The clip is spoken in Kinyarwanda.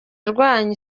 arwanya